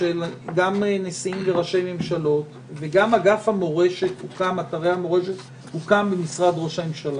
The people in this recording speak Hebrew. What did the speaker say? של נשיאים וראשי ממשלות וגם אגף המורשת הוקם במשרד ראש הממשלה.